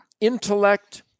intellect